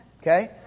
Okay